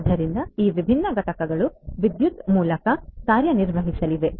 ಆದ್ದರಿಂದ ಈ ವಿಭಿನ್ನ ಘಟಕಗಳು ವಿದ್ಯುತ್ ಮೂಲಕ ಕಾರ್ಯನಿರ್ವಹಿಸಲಿವೆ